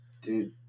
Dude